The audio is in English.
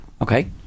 Okay